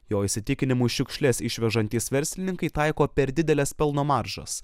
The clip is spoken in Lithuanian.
jo įsitikinimu šiukšles išvežantys verslininkai taiko per dideles pelno maržas